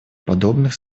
подобных